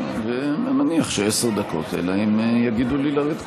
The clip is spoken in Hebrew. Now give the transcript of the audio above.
אני מניח שעשר דקות, אלא אם כן יגידו לי לרדת.